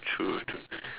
true true